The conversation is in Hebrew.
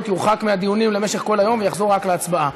יורחק מהדיונים למשך כל היום ויחזור רק להצבעה.